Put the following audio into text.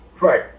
right